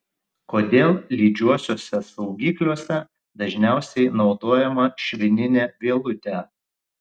kodėl lydžiuosiuose saugikliuose dažniausiai naudojama švininė vielutė